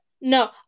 No